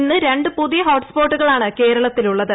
ഇന്ന് രണ്ട് പുതിയ ഹോട്ട്സ്പോട്ടുകളാണ് കേരളത്തിലുള്ളത്